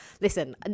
Listen